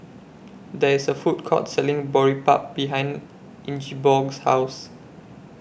There IS A Food Court Selling Boribap behind Ingeborg's House